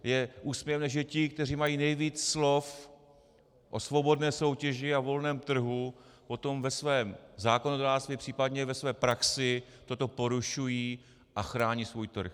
Je úsměvné, že ti, kteří mají nejvíce slov o svobodné soutěži a volném trhu, potom ve svém zákonodárství, případně ve své praxi toto porušují a chrání svůj krk.